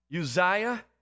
Uzziah